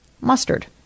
mustard